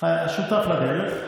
שותף לדרך,